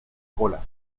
cola